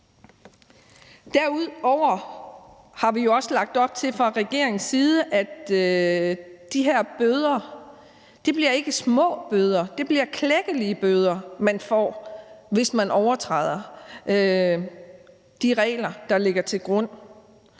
Derudover har vi jo fra regeringens side også lagt op til, at de her bøder ikke bliver små bøder, men at det bliver klækkelige bøder, man får, hvis man overtræder de regler, der ligger til grund.